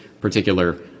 particular